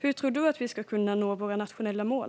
Hur tror ministern att vi ska kunna nå våra nationella mål?